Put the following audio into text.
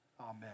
Amen